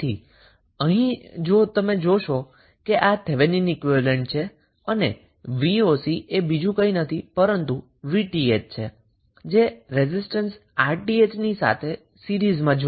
તેથી જો અહીં તમે જોશો તો થેવેનિન ઈક્વીવેલેન્ટને ઓપન કરો અને આ 𝑣𝑜𝑐 એ બીજું કઈ નથી પરંતુ રેઝિસ્ટન્સ 𝑅𝑇ℎ ની સાથે સીરીઝમાં જોડાયેલ 𝑉𝑇ℎ છે